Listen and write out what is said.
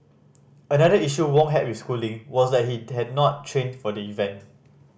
another issue Wong had with Schooling was that he had not trained for the event